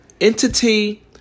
entity